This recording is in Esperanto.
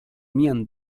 mian